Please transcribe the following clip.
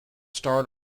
starred